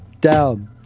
down